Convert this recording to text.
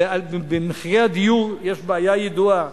במחירי הדיור יש בעיה ידועה.